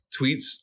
tweets